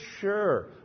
sure